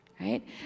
right